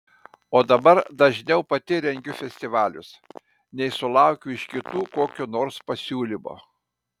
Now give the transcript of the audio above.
o dabar dažniau pati rengiu festivalius nei sulaukiu iš kitų kokio nors pasiūlymo